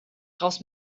raus